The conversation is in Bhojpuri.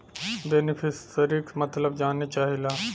बेनिफिसरीक मतलब जाने चाहीला?